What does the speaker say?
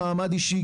מעמד אישי,